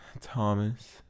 Thomas